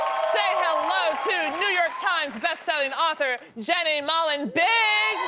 say hello to new york times bestselling author, jenny mollen-biggs!